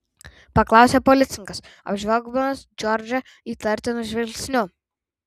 paklausė policininkas apžvelgdamas džordžą įtartinu žvilgsniu